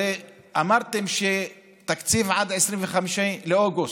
הרי אמרתם שתקציב עד 25 באוגוסט,